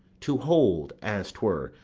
to hold, as twere,